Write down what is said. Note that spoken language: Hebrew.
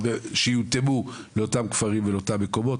שיותאמו לאותם כפרים ואותם מקומות